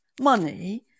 money